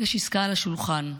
יש עסקה על השולחן,